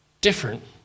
different